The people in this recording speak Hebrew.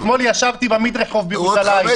אתמול ישבתי במדרחוב בירושלים.